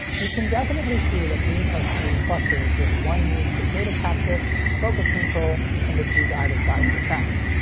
you can definitely see that these are three clusters, with one used for data capture and focus control, and the two to either side for tracking.